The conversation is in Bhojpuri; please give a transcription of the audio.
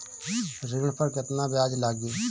ऋण पर केतना ब्याज लगी?